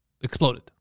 exploded